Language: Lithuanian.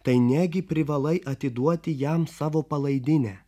tai negi privalai atiduoti jam savo palaidinę